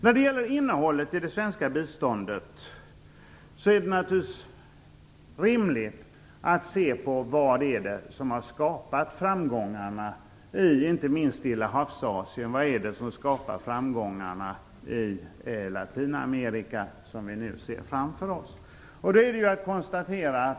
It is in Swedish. När det gäller innehållet i det svenska biståndet är det rimligt att se på vad det är som har skapat framgångarna i inte minst Stillahavsasien. Vad är det som skapar de framgångar i Latinamerika som vi nu ser framför oss?